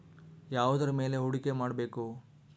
ಯಾವುದರ ಮೇಲೆ ಹೂಡಿಕೆ ಮಾಡಬೇಕು?